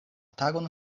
tagon